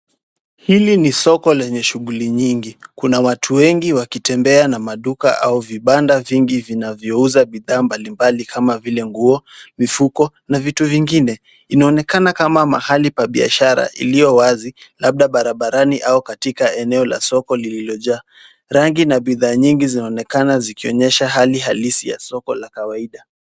Hili ni soko lenye shughuli nyingi. Kuna watu wengi wakitembea na maduka au vibanda vingi vinavyouza bidhaa mbalimbali kama vile nguo, mifuko na vitu vingine. Inaonekana kama mahali pa biashara ilio wazi labda barabarani au katika eneo la soko lililojaa. Rangi na bidhaa nyingi zinaonekana zikionyesha hali halisi ya soko la kawaida.